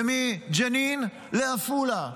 ומג'נין לעפולה,